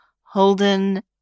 Holden